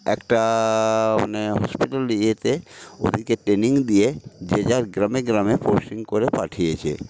একটা মানে হসপিটাল ইয়েতে ওদেরকে ট্রেনিং দিয়ে যে যার গ্রামে গ্রামে পোস্টিং করে পাঠিয়েছে